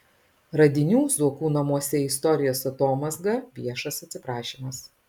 radinių zuokų namuose istorijos atomazga viešas atsiprašymas